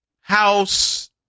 House